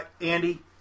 Andy